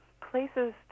places